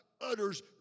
utters